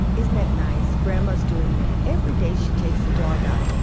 isn't that nice, grandma's doing that, every day she takes the dog out.